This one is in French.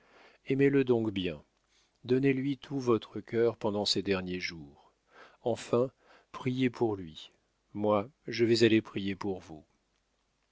aimez-le donc bien donnez-lui tout votre cœur pendant ces derniers jours enfin priez pour lui moi je vais aller prier pour vous